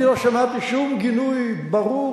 אני לא שמעתי שום גינוי ברור,